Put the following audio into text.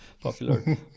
popular